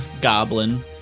goblin